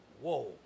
Whoa